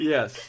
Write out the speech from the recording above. Yes